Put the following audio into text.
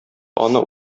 аны